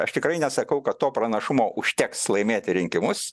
aš tikrai nesakau kad to pranašumo užteks laimėti rinkimus